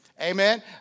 Amen